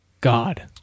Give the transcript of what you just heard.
god